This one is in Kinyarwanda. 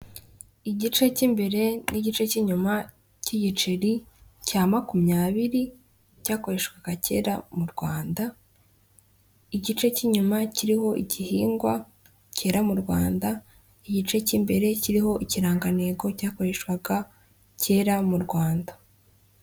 Igice k'imbere n'igice k'inyuma k'igiceri cya makumyabiri cyakoreshwaga kera mu Rwanda, igice k'inyuma kiriho igihingwa kera mu Rwanda, igice k'imbere kiriho ikirangantego cyakoreshwaga kera mu Rwanda.